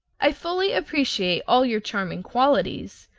i fully appreciate all your charming qualities,